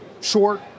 Short